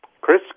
Chris